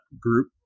group